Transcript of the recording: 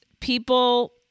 people